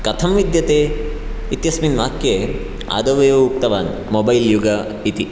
कथं विद्यते इत्यस्मिन् वाक्ये आदौ एव उक्तवान् मोबैल् युग इति